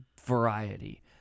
variety